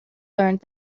learned